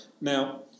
now